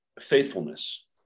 faithfulness